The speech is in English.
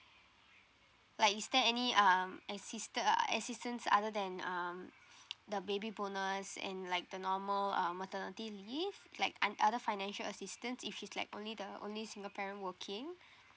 like is there any um assista~ uh assistance other than um the baby bonus and like the normal uh maternity leave like another financial assistance if she's like only the only single parent working